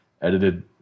edited